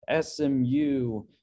SMU